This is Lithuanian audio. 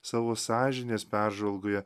savo sąžinės peržvalgoje